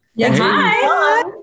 Hi